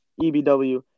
EBW